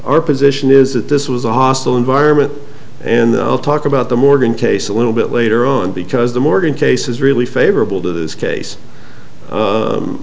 our position is that this was a hostile environment and i'll talk about the morgan case a little bit later on because the morgan case is really favorable to this case